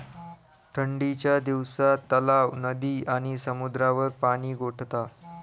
ठंडीच्या दिवसात तलाव, नदी आणि समुद्रावर पाणि गोठता